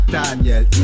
Daniel